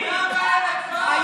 למה אין הצבעה?